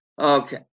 Okay